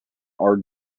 are